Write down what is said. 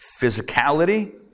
physicality